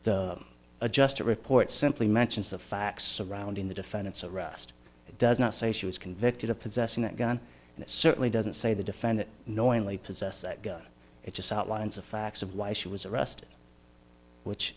the adjuster report simply mentions the facts surrounding the defendant's arrest it does not say she was convicted of possessing that gun and it certainly doesn't say the defendant knowingly possessed that gun it's outlines of facts of why she was arrested which